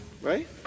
right